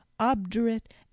obdurate